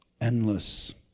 Endless